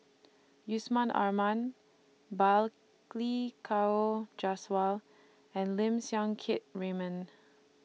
Yusman Aman Balli Kaur Jaswal and Lim Siang Keat Raymond